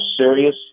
serious